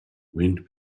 wind